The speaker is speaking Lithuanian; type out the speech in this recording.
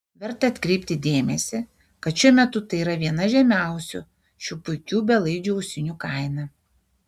verta atkreipti dėmesį kad šiuo metu tai yra viena žemiausių šių puikių belaidžių ausinių kaina